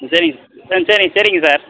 ம் சரிங்க ஆ சரிங்க சரிங்க சார்